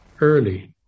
early